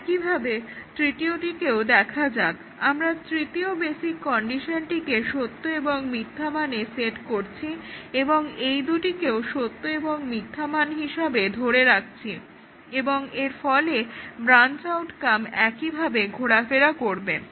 একইভাবে তৃতীয়টিকেও দেখা যাক আমরা তৃতীয় বেসিক কন্ডিশনটিকে সত্য এবং মিথ্যা মানে সেট করছি এবং এই দুটিকেও সত্য এবং মিথ্যা মান হিসাবে রাখছি এবং এর ফলে ব্রাঞ্চ আউটকাম একইভাবে ঘোরাফেরা করবে